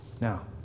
Now